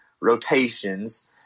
rotations